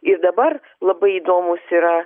ir dabar labai įdomūs yra